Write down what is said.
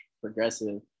progressive